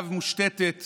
שעליהם מושתתת